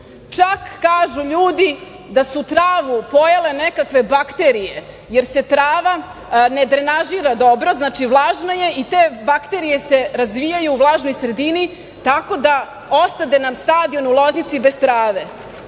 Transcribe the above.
čak kažu ljudi da su travu pojele nekakve bakterije, jer se trava ne drenažira dobro, znači vlažna je i te bakterije se razvijaju u vlažnoj sredini, tako da ostade nam stadion u Loznici bez trave. Dalje,